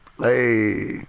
Hey